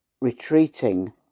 retreating